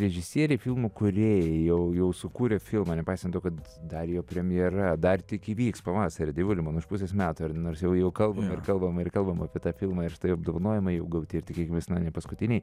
režisieriai filmų kūrėjai jau jau sukūrę filmą nepaisant to kad dar jo premjera dar tik įvyks pavasarį dievuli mano už pusės metų ir nors jau kalbam ir kalbam ir kalbam apie tą filmą ir štai apdovanojimai jau gauti ir tikėkimės na ne paskutiniai